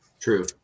True